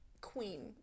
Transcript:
queen